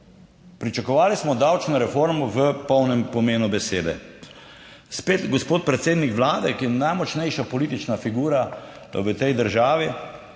Pričakovali smo davčno reformo v polnem pomenu besede. Spet gospod predsednik vlade, ki je najmočnejša politična figura v tej državi,